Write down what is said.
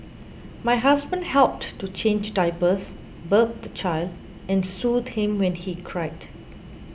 my husband helped to change diapers burp the child and soothe him when he cried